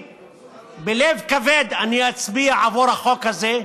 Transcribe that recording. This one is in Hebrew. בלב כבד אני אצביע עבור החוק הזה,